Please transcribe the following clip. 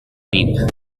reap